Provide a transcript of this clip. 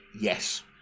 yes